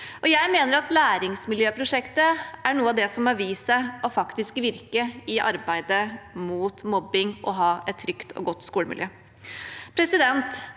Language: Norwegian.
Jeg mener at Læringsmiljøprosjektet er noe av det som har vist seg å virke i arbeidet mot mobbing og for å ha et trygt og godt skolemiljø.